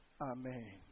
Amen